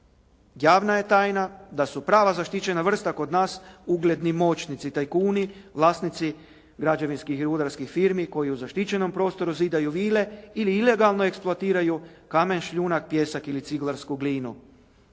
Javna je tajna da su prava zaštićena vrsta kod nas ugledni moćnici, tajkuni, vlasnici građevinskih i rudarskih firmi koji u zaštićenom prostoru zidaju vile ili ilegalno eksploatiraju kamen, šljunak, pijesak ili ciglarsku glinu.